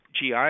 GI